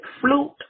flute